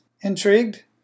Intrigued